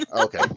Okay